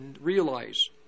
realize